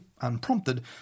unprompted